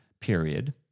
period